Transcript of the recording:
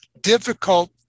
difficult